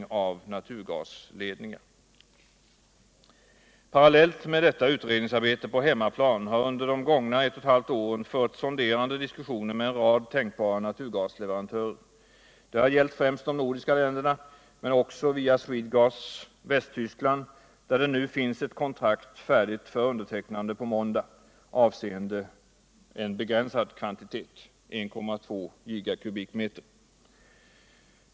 | Parallellt med detta utredningsarbete på hemmaplan har under de gångna eu och ett halvt åren förts sonderande diskussioner med en rad tänkbara naturgasleverantörer. Det har gällt främst de nordiska länderna men också via Swedegas Västivskland, där det nu finns et kontrakt färdigt för undertecknande på måndag, avseende en begränsad kvantitet, 1.2 gigakubikmeter.